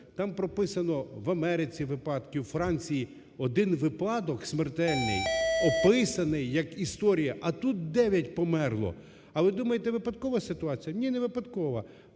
там прописано в Америці випадки, у Франції, один випадок смертельний описаний як історія. А тут 9 померло! А ви думаєте випадкова ситуація? Ні, невипадкова.